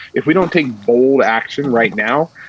if we don't take bold action right now,